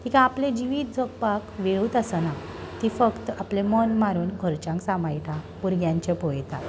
तिका आपलें जिवीत जगपाक वेळूत आसना ती फक्त आपलें मन मारून घरच्यांग सांबाळटा भुरग्याचें पळयता